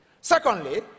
Secondly